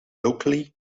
locally